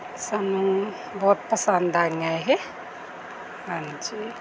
ਸਾਨੂੰ ਬਹੁਤ ਪਸੰਦ ਆਈਆਂ ਇਹ ਹਾਂਜੀ